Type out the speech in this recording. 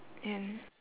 ya